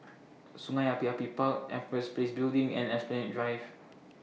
Sungei Api Api Park Empress Place Building and Esplanade Drive